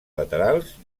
laterals